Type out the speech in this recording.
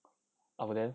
abuden